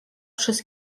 przez